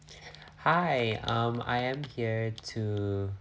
hi um I am here to